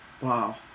Wow